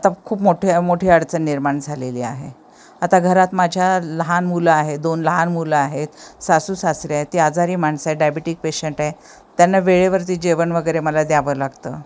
आता खूप मोठे मोठी अडचण निर्माण झालेली आहे आता घरात माझ्या लहान मुलं आहे दोन लहान मुलं आहेत सासू सासरे आहे ती आजारी माणसं आहे डायबिटीक पेशंट आहे त्यांना वेळेवरती जेवण वगैरे मला द्यावं लागतं